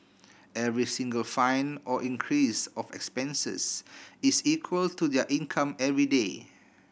every single fine or increase of expenses is equal to their income everyday